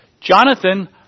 Jonathan